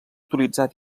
utilitzar